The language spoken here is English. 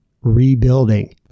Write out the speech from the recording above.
rebuilding